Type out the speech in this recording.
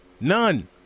none